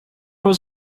was